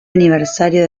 aniversario